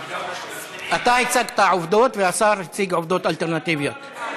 אתה הצגת עובדות, והשר הציג עובדות אלטרנטיביות.